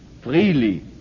freely